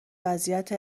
وضعیت